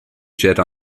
jedi